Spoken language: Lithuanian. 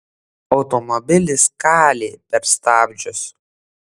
automobilis kalė per stabdžius